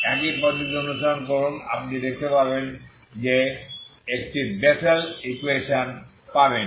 একই পদ্ধতি অনুসরণ করুন আপনি দেখতে পাবেন যে আপনি একটি বেসেল ইকুয়েশন পাবেন